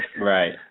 Right